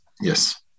Yes